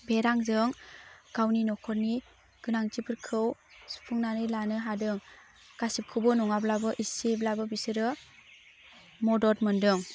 बे रांजों गावनि न'खरनि गोनांथिफोरखौ सुफुंनानै लानो हादों गासिबखौबो नङाब्लाबो इसेब्लाबो बिसोरो मदद मोनदों